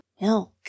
milk